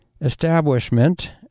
establishment